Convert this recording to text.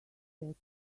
that